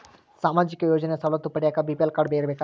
ಸಾಮಾಜಿಕ ಯೋಜನೆ ಸವಲತ್ತು ಪಡಿಯಾಕ ಬಿ.ಪಿ.ಎಲ್ ಕಾಡ್೯ ಇರಬೇಕಾ?